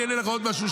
אני אענה לך עוד משהו,